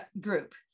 group